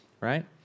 right